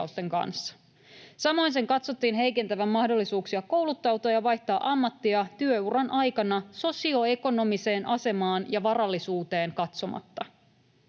Samoin sen katsottiin heikentävän mahdollisuuksia kouluttautua ja vaihtaa ammattia työuran aikana sosioekonomiseen asemaan ja varallisuuteen katsomatta.